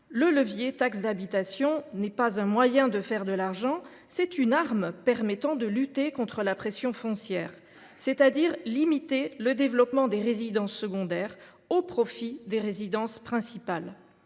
le levier THRS n’est pas un moyen de faire de l’argent ; c’est une arme permettant de lutter contre la pression foncière, c’est-à-dire de limiter le développement des résidences secondaires au profit des résidences principales.